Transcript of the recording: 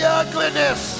ugliness